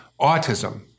autism